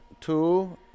Two